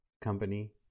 company